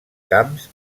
camps